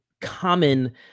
common